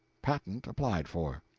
patent applied for.